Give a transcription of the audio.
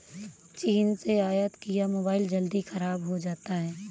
चीन से आयत किया मोबाइल जल्दी खराब हो जाता है